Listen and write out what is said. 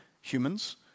humans